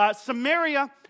Samaria